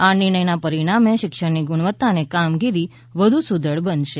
આ નિર્ણયના પરિણામે શિક્ષણની ગુણવત્તા અને કામગીરી વધુ સુદર્ઠ બનશે